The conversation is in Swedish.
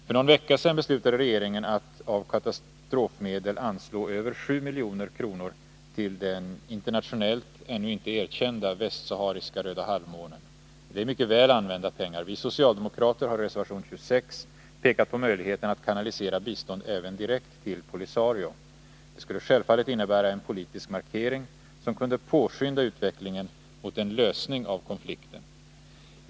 För någon vecka sedan beslutade regeringen att av katastrofmedel anslå över 7 milj.kr. till den internationellt ännu ej erkända västsahariska Röda Halvmånen. Det är mycket väl använda pengar. Vi socialdemokrater har i reservation 26 pekat på möjligheten att kanalisera bistånd även direkt till Polisario. Det skulle självfallet innebära en politisk markering, som kunde påskynda utvecklingen mot en lösning av konflikten.